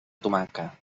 tomaca